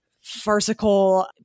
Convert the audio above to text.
farcical